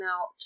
out